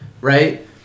Right